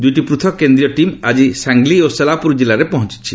ଦୁଇଟି ପୂଥକ୍ କେନ୍ଦ୍ରୀୟ ଟିମ୍ ଆଜି ସାଙ୍ଗ୍ଲି ଓ ସୋଲାପୁର ଜିଲ୍ଲାରେ ପହଞ୍ଚିଛି